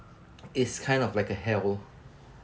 it's kind of like a hell